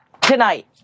tonight